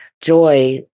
joy